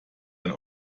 ein